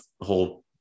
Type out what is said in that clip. whole